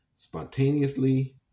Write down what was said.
Spontaneously